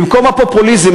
במקום הפופוליזם,